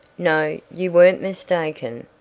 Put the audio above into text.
no, you weren't mistaken.